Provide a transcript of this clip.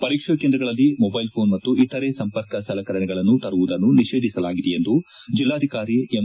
ಪರೀಕ್ಷಾ ಕೇಂದ್ರಗಳಲ್ಲಿ mobile phone ಮತ್ತು ಇತರೇ ಸಂಪರ್ಕ ಸಲಕರಣೆಗಳನ್ನು ತರುವುದನ್ನು ನಿಷೇಧಿಸಲಾಗಿದೆ ಎಂದು ಜೆಲ್ಲಾಧಿಕಾರಿ ಎಂ